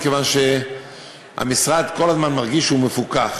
מכיוון שהמשרד כל הזמן מרגיש שהוא מפוקח,